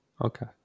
Okay